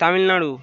Tamil Nadu